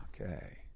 Okay